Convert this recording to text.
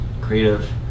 creative